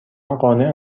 قانع